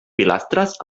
pilastres